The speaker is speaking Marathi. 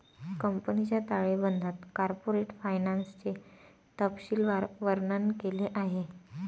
कंपनीच्या ताळेबंदात कॉर्पोरेट फायनान्सचे तपशीलवार वर्णन केले आहे